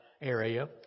area